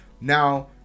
Now